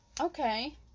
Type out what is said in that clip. okay